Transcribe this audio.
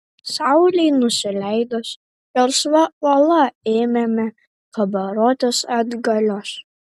saulei nusileidus gelsva uola ėmėme kabarotis atgalios